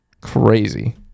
crazy